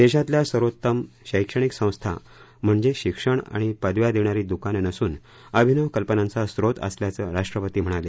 देशातल्या सर्वोत्तम शैक्षणिक संस्था म्हणजे शिक्षण आणि पदव्या देणारी दुकानं नसून अभिनव कल्पनांचा स्रोत असल्याचं राष्ट्रपती म्हणाले